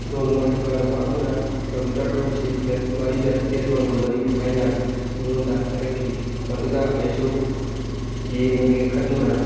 ꯅꯣꯡꯃ ꯏꯃꯥꯟꯅꯕ ꯑꯃꯅ ꯀꯤꯂꯣꯃꯤꯇꯔ ꯑꯃꯁꯤ ꯃꯤꯅꯠ ꯃꯔꯤꯗ ꯆꯦꯟꯕ ꯉꯝꯒꯅꯤ ꯍꯥꯏꯅ ꯑꯩꯉꯣꯟꯗ ꯍꯥꯏꯔꯛꯈꯤ ꯃꯗꯨꯗ ꯑꯩꯁꯨ ꯌꯦꯡꯉꯒꯦ ꯈꯟꯗꯨꯅ